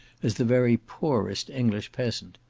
as the very poorest english peasant.